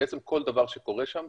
בעצם כל דבר שקורה שם,